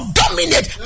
dominate